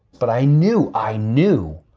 but i knew, i knew.